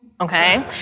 okay